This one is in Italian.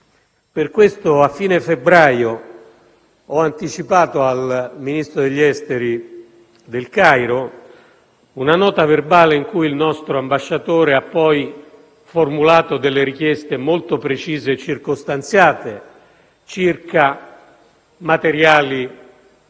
Per questo, a fine febbraio, ho anticipato al Ministro degli affari esteri del Cairo una nota verbale in cui il nostro ambasciatore ha poi formulato richieste molto precise e circostanziate, circa materiali